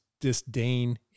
disdain